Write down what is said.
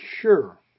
sure